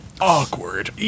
awkward